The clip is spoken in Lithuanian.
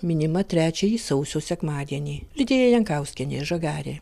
minima trečiąjį sausio sekmadienį lidija jankauskienė žagarė